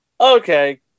Okay